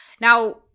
Now